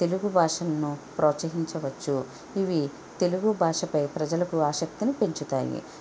తెలుగు భాషను ప్రోత్సహించవచ్చు ఇవి తెలుగు భాషపై ప్రజలకు ఆసక్తిని పెంచుతాయి